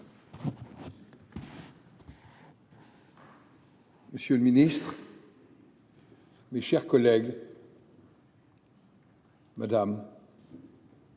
Monsieur le ministre, mes chers collègues, madame,